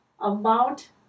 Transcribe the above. amount